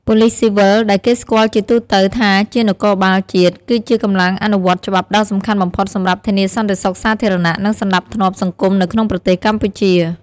ប៉ូលិសស៊ីវិល ដែលគេស្គាល់ជាទូទៅថាជានគរបាលជាតិ គឺជាកម្លាំងអនុវត្តច្បាប់ដ៏សំខាន់បំផុតសម្រាប់ធានាសន្តិសុខសាធារណៈ និងសណ្ដាប់ធ្នាប់សង្គមនៅក្នុងប្រទេសកម្ពុជា។